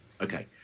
Okay